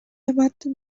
ematen